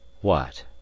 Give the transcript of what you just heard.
What